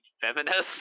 feminist